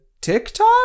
TikTok